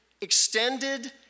extended